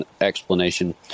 explanation